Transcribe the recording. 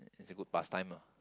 is a good past time ah